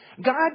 God